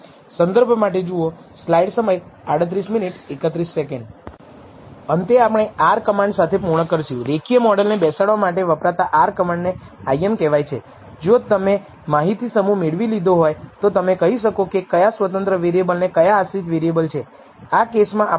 તેથી આંકડાઓની ઉંચી કિંમત સૂચવે છે કે તે નલ પૂર્વધારણાને નામંજૂર કરશે અથવા p મૂલ્યનું નીચું મૂલ્ય આ F સ્ટેટિસ્ટિક સૂચવે છે કે તમે ખૂબ જ ઓછા મહત્વના સ્તરે પણ નલ પૂર્વધારણાને નકારી કાઢશો